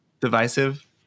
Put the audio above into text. Divisive